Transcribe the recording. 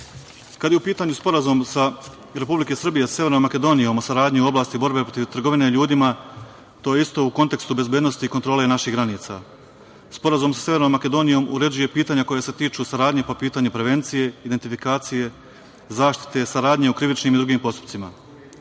je u pitanju sporazum Republike Srbije sa Severnom Makedonijom o saradnji u oblasti borbe protiv trgovine ljudima, to je isto u kontekstu bezbednosti i kontrole naših granica. Sporazum sa Severnom Makedonijom uređuje pitanja koja se tiču saradnje po pitanju prevencije, identifikacije, zaštite saradnje u krivičnim i drugim postupcima. Trgovina